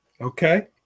Okay